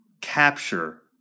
Capture